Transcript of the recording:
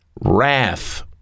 Wrath